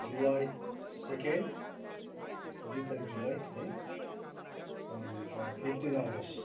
जुलाई second दुई तारिक July है अन्त फिफ्टिन अगस्त